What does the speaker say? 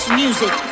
music